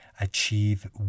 achieve